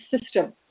system